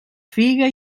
figa